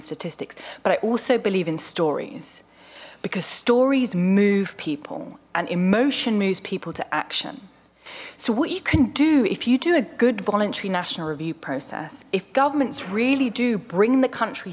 statistics but i also believe in stories because stories move people and emotion moves people to action so what you can do if you do a good voluntary national review process if governments really do bring the country